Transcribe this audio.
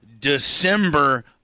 December